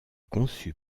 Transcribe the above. conçu